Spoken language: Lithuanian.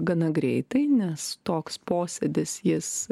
gana greitai nes toks posėdis jis